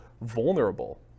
vulnerable